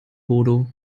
bodo